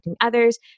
others